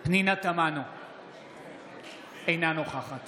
אינה נוכחת